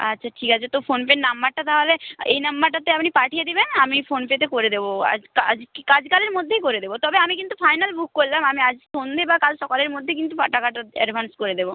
আচ্ছা ঠিক আছে তো ফোন পের নম্বরটা তাহলে এই নম্বরটাতে আপনি পাঠিয়ে দিবেন আমি ফোন পেতে করে দেবো আজ কালের মধ্যেই করে দেবো তবে আমি কিন্তু ফাইনাল বুক করলাম আমি আজকে সন্ধে বা কাল সকালের মধ্যে কিন্তু টাকাটা অ্যাডভান্স করে দেবো